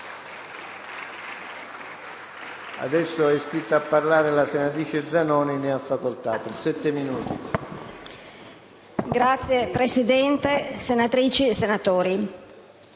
Signor Presidente, senatrici e senatori,